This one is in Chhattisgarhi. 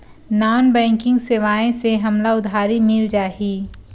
नॉन बैंकिंग सेवाएं से हमला उधारी मिल जाहि?